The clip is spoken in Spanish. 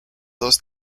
dos